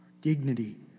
dignity